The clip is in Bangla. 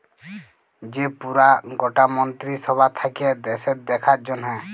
যে পুরা গটা মন্ত্রী সভা থাক্যে দ্যাশের দেখার জনহ